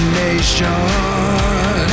nation